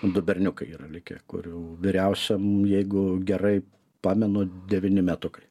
du berniukai yra likę kurių vyriausiam jeigu gerai pamenu devyni metukai